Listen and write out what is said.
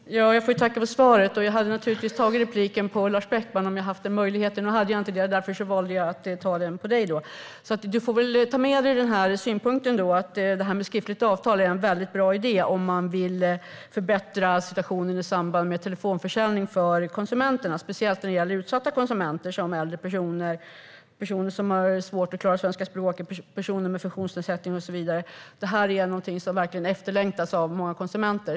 Fru talman! Jag får tacka för svaret. Jag hade naturligtvis begärt replik på Lars Beckmans anförande om jag hade haft möjlighet. Nu hade jag inte det. Därför valde jag att begära replik på ditt anförande. Du får väl ta med dig den här synpunkten: att detta med skriftligt avtal är en väldigt bra idé om man vill förbättra situationen i samband med telefonförsäljning för konsumenterna, speciellt när det gäller utsatta konsumenter, som äldre personer, personer som har svårt att klara svenska språket, personer med funktionsnedsättning och så vidare. Detta är någonting som verkligen är efterlängtat av många konsumenter.